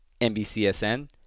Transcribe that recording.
NBCSN